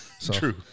true